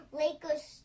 lakers